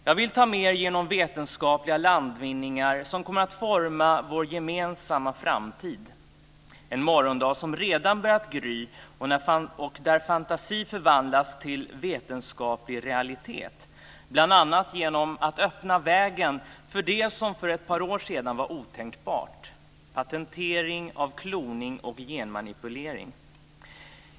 Jag vill ta med er genom vetenskapliga landvinningar som kommer att forma vår gemensamma framtid, en morgondag som redan börjat gry och där fantasi förvandlats till vetenskaplig realitet, bl.a. genom att öppna vägen för det som för ett par år sedan var otänkbart - patentering av kloning och genmanipulering.